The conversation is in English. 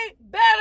better